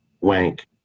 Wank